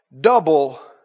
Double